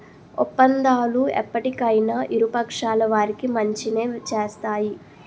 ఒప్పందాలు ఎప్పటికైనా ఇరు పక్షాల వారికి మంచినే చేస్తాయి